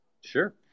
Sure